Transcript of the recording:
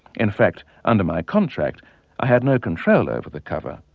in fact, under my contract i had no control over the cover.